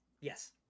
Yes